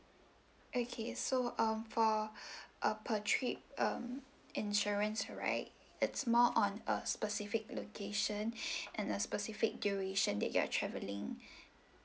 okay so um for uh per trip um insurance right it's more on a specific location and a specific duration that you are travelling